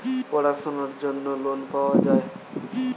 পড়াশোনার জন্য লোন পাওয়া যায়